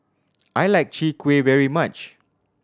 I like Chwee Kueh very much